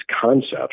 concepts